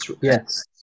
Yes